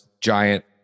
giant